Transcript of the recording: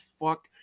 fuck